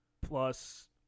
plus